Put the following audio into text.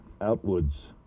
outwards